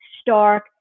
stark